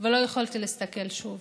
ולא יכולתי להסתכל שוב,